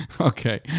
okay